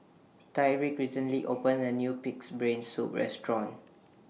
Tyriq recently opened A New Pig'S Brain Soup Restaurant